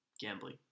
Gambling